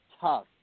tough